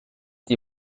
die